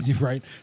right